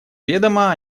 ведомо